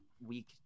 week